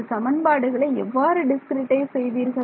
இந்த சமன்பாடுகளை எவ்வாறு டிஸ்கிரிட்டைஸ் செய்வீர்கள்